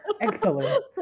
Excellent